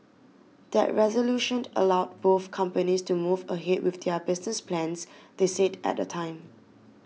that resolution allowed both companies to move ahead with their business plans they said at the time